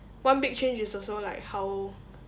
one big change is also like how